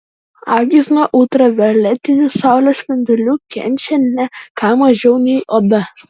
akys nuo ultravioletinių saulės spindulių kenčia ne ką mažiau nei oda